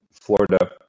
Florida